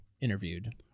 interviewed